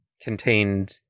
contained